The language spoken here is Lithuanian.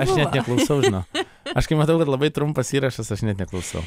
aš net neklausau žinok aš kai matau kad labai trumpas įrašas aš neklausau